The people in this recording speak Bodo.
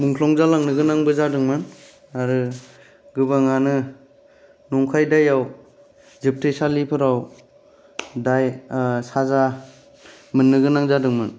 मुंख्लं जालांनो गोनां बो जादोंमोन आरो गोबां यानो नंखाय दायाव जोब्थेसालिफोराव दाय साजा मोननो गोनां जादोंमोन